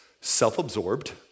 self-absorbed